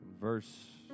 Verse